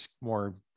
more